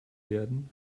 werden